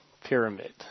pyramid